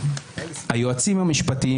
היועצים המשפטיים,